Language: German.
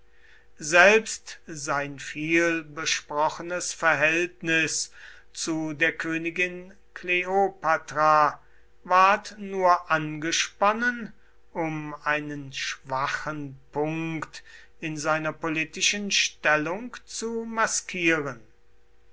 selbst sein vielbesprochenes verhältnis zu der königin kleopatra ward nur angesponnen um einen schwacher punkt in seiner politischen stellung zu maskieren